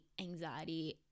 anxiety